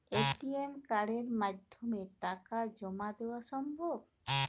ATM কার্ডের মাধ্যমে টাকা জমা দেওয়া সম্ভব?